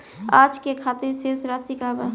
आज के खातिर शेष राशि का बा?